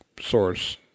source